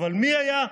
אבל מי היה?